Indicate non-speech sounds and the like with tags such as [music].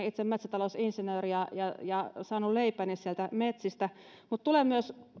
[unintelligible] itse koulutukseltani metsätalousinsinööri ja ja saanut leipäni sieltä metsistä mutta tulen myös